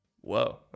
Whoa